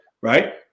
right